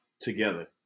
together